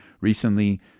recently